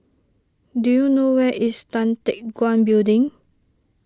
do you know where is Tan Teck Guan Building